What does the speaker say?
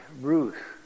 Ruth